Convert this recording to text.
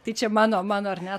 tai čia mano mano ar ne